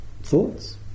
thoughts